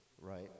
right